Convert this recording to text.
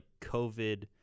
covid